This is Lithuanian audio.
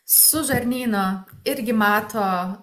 su žarnynu irgi mato